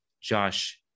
Josh